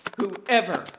Whoever